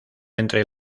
entre